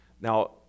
Now